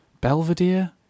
Belvedere